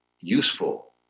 useful